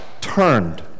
turned